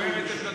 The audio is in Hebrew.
אומר את עמדתך.